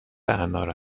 انار